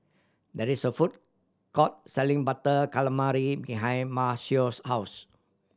there is a food court selling Butter Calamari behind Maceo's house